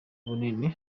bunini